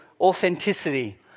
authenticity